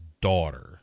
daughter